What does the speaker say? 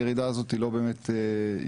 הירידה הזאת היא לא באמת ירידה,